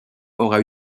aura